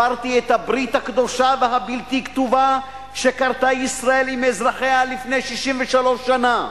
הפרתי את הברית הקדושה והבלתי-כתובה שכרתה ישראל עם אזרחיה לפני 63 שנה,